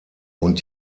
und